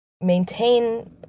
maintain